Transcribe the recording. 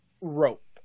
rope